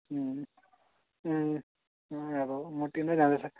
अँ अँ अब मोटिँदै जाँदैछ